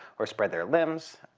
or spread their limbs.